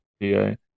DA